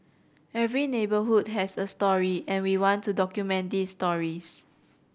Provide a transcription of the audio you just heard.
every neighbourhood has a story and we want to document these stories